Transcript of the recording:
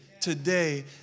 today